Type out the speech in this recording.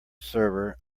server